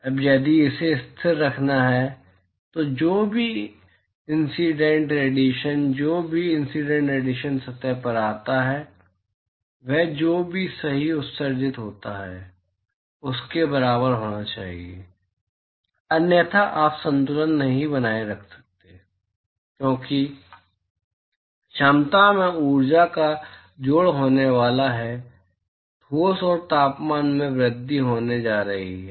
अब यदि इसे स्थिर रखना है तो जो भी इंसीडेंट रेडिएशन जो भी इंसीडेंट रेडिएशन सतह पर आता है वह जो भी सही उत्सर्जित होता है उसके बराबर होना चाहिए अन्यथा आप संतुलन बनाए नहीं रख सकते क्योंकि क्षमता में ऊर्जा का जोड़ होने वाला है ठोस और तापमान में वृद्धि होने जा रही है